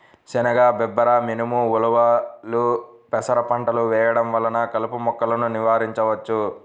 శనగ, బబ్బెర, మినుము, ఉలవలు, పెసర పంటలు వేయడం వలన కలుపు మొక్కలను నివారించవచ్చు